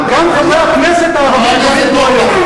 חבר הכנסת אורבך,